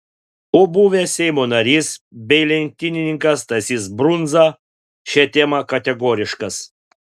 o buvęs seimo narys bei lenktynininkas stasys brundza šia tema kategoriškas